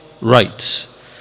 rights